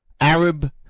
Arab